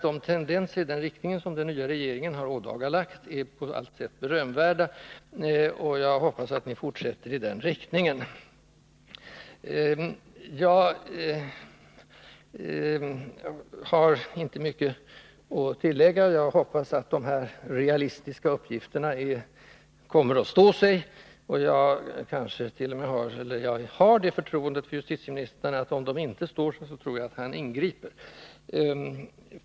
De tendenser i den här riktningen som den nya regeringen har ådagalagt är på allt sätt berömvärda, och jag hoppas att ni fortsätter i den riktningen. Jag har inte mycket att tillägga. Jag hoppas att de realistiska uppgifter som justitieministern har lämnat kommer att stå sig. Jag litar på att justitieministern ingriper, om de inte står sig.